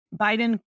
Biden